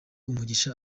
umugisha